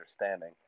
understanding